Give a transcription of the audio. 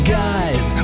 guys